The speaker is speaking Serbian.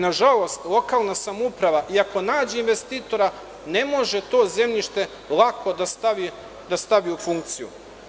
Na žalost lokalna samouprava i ako nađe investitora ne može to zemljište lako da stavi u funkciju.